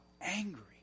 angry